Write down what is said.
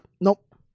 Nope